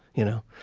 you know?